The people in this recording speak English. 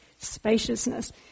spaciousness